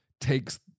takes